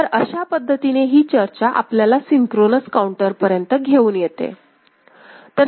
तर अशा पद्धतीने ही चर्चा आपल्याला सिंक्रोनस काउंटर पर्यंत घेऊन येते